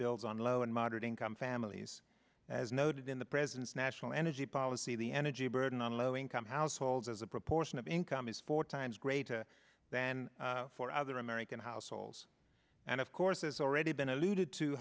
bills on low and moderate income families as noted in the president's national energy policy the energy burden on low income households as a proportion of income is four times greater than for other american households and of course has already been alluded to